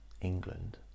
England